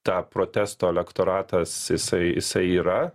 tą protesto elektoratas jisai jisai yra